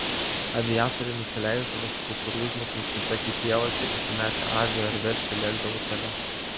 aviatoriai nusileisdavo su kukurūznikais tiesiog į pievas ir įsimetę avį ar veršį lėkdavo toliau